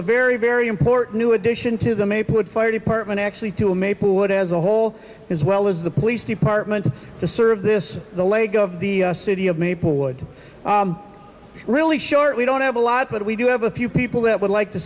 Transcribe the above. a very very him new addition to the maplewood fire department actually to maplewood as a whole as well as the police department to serve this the lady of the city of maplewood really short we don't have a lot but we do have a few people that would like to